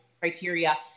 criteria